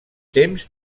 temps